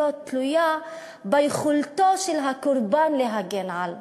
תלויה ביכולתו של הקורבן להגן על עצמו.